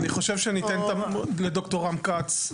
אני חושב שניתן לדוקטור רם כץ.